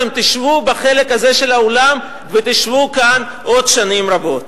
אתם תשבו בחלק הזה של האולם ותשבו כאן עוד שנים רבות.